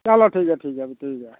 चलो ठीक ऐ ठीक ऐ फ्ही ठीक ऐ